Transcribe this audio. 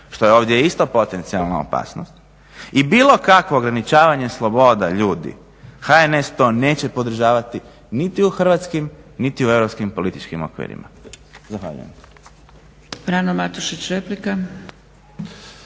što je ovdje isto potencijalna opasnost i bilo kakvo ograničavanje sloboda ljudi HNS to neće podržavati niti u hrvatskim niti u europskim političkim okvirima. Zahvaljujem.